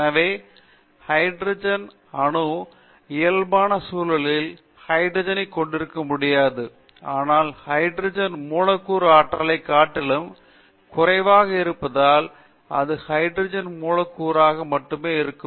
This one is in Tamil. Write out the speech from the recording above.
எனவே ஹைட்ரஜன் அணு இயல்பான சூழலில் ஹைட்ரஜனைக் கொண்டிருக்க முடியாது ஆனால் ஹைட்ரஜன் மூலக்கூறு ஆற்றலைக் காட்டிலும் குறைவாக இருப்பதால் அது ஹைட்ரஜன் மூலக்கூறாக மட்டுமே இருக்கும்